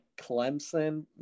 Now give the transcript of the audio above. Clemson